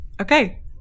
Okay